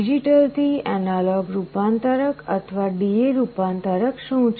digital થી analogue રૂપાંતરક અથવા DA રૂપાંતરક શું છે